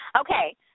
Okay